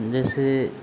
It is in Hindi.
जैसे